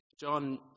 John